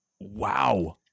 Wow